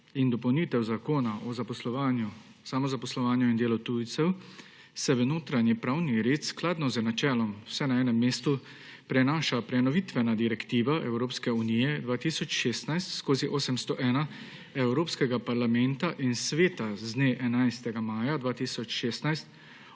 in dopolnitev Zakona o zaposlovanju, samozaposlovanju in delu tujcev se v notranji pravni red skladno z načelom »vse na enem mestu« prenaša prenovitvena direktiva Evropske unije 2016/801 Evropskega parlamenta in Sveta, z dne 11. maja 2016,